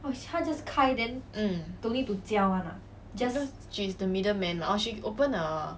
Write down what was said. (mm)cause she's the middle man or she opened a